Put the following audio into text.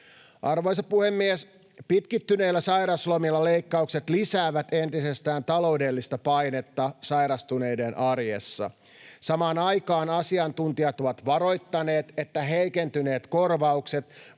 Arvoisa puhemies! Pitkittyneillä sairauslomilla leikkaukset lisäävät entisestään taloudellista painetta sairastuneiden arjessa. Samaan aikaan asiantuntijat ovat varoittaneet, että heikentyneet korvaukset